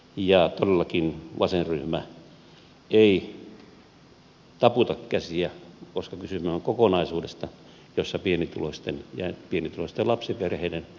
ja todellakin vasenryhmä ei taputa käsiä koska kysymys on kokonaisuudesta jossa pienituloisten ja pienituloisten lapsiperheiden asema kiristyy